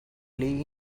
lay